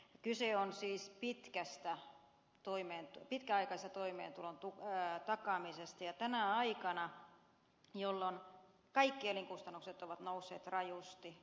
kyse on siis pitkäaikaisesta toimeentulon takaamisesta tänä aikana jolloin kaikki elinkustannukset ovat nousseet rajusti